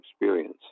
experience